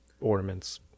ornaments